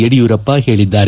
ಯಡಿಯೂರಪ್ಪ ಹೇಳಿದ್ದಾರೆ